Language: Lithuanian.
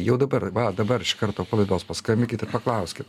jau dabar va dabar iš karto po laidos paskambykit ir paklauskit